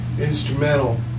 instrumental